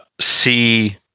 see